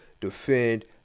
defend